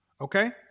okay